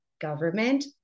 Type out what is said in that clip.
government